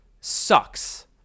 sucks